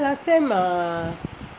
கா:kaa last time ah